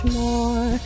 more